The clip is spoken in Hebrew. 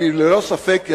אבל ללא ספק,